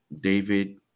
David